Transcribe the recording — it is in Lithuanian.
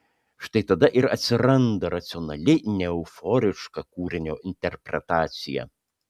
štai tada ir atsiranda racionali neeuforiška kūrinio interpretacija